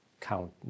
count